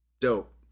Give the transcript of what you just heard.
dope